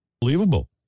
believable